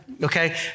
Okay